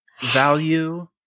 value